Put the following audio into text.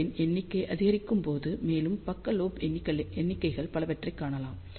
கூறுகளின் எண்ணிக்கை அதிகரிக்கும்போது மேலும் பக்க லோப் எண்ணிக்கைகள் பலவற்றைக் காணலாம்